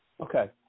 Okay